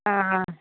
ಹಾಂ ಹಾಂ